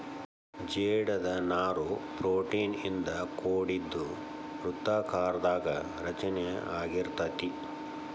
ಜೇಡದ ನಾರು ಪ್ರೋಟೇನ್ ಇಂದ ಕೋಡಿದ್ದು ವೃತ್ತಾಕಾರದಾಗ ರಚನೆ ಅಗಿರತತಿ